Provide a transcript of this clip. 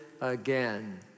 again